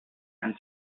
and